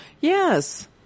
Yes